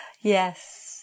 Yes